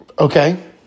Okay